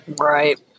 Right